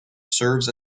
serves